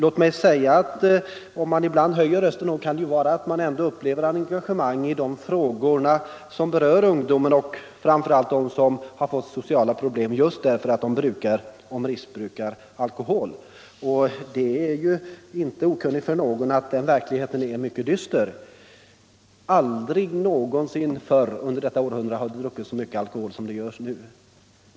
Om man ibland höjer rösten, kan det ju bero på att man ändå upplever engagemang i dessa frågor som berör ungdomen och dem som har fått sociala problem just därför att de brukar och missbrukar alkohol. Det är väl inte okänt för någon att den verkligheten är mycket dyster. Aldrig någonsin förr under detta århundrade har det druckits så mycket alkohol som nu.